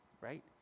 Right